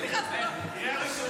סליחה, סליחה.